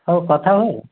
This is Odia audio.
ହଉ କଥା ହୁଏ